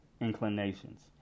inclinations